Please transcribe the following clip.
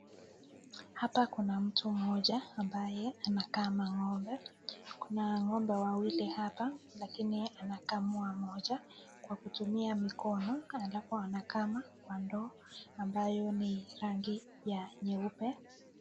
Hapa kuna mtu mmoja ambaye anakama ng'ombe. Kuna ng'ombe wawili hapa lakini anakama mmoja kwa kutumia mikono halafu anakama kwa ndoo ambayo ni rangi ya nyeupe.